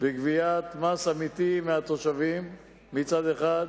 בגביית מס אמיתי מהתושבים מצד אחד,